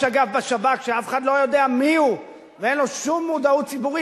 אגף בשב"כ שאף אחד לא יודע מי הוא ואין לו שום מודעות ציבור,